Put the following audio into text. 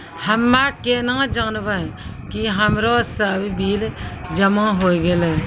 हम्मे केना जानबै कि हमरो सब बिल जमा होय गैलै?